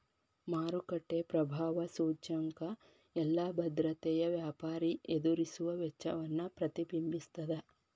ಮಾರುಕಟ್ಟೆ ಪ್ರಭಾವ ಸೂಚ್ಯಂಕ ಎಲ್ಲಾ ಭದ್ರತೆಯ ವ್ಯಾಪಾರಿ ಎದುರಿಸುವ ವೆಚ್ಚವನ್ನ ಪ್ರತಿಬಿಂಬಿಸ್ತದ